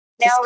Now